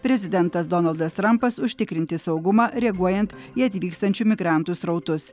prezidentas donaldas trampas užtikrinti saugumą reaguojant į atvykstančių migrantų srautus